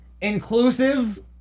Inclusive